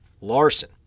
Larson